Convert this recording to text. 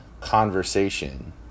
conversation